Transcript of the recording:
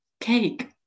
Cake